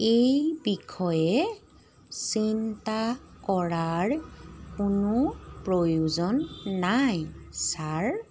এই বিষয়ে চিন্তা কৰাৰ কোনো প্ৰয়োজন নাই ছাৰ